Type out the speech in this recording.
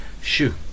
shoo